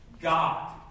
God